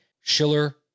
Schiller